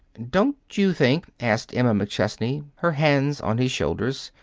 don't you think, asked emma mcchesney, her hands on his shoulders,